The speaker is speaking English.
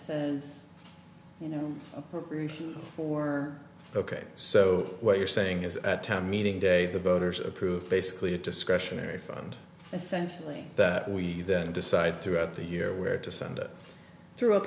is you know appropriation for ok so what you're saying is at town meeting day the voters approved basically a discretionary fund essentially that we then decide throughout the year where to send it through a